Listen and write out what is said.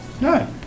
No